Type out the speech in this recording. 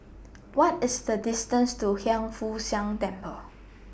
What IS The distance to Hiang Foo Siang Temple